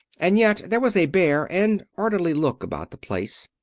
and yet there was a bare and orderly look about the place.